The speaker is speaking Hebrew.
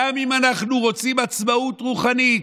גם אם אנחנו רוצים עצמאות רוחנית.